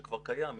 שכבר קיים,